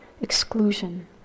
exclusion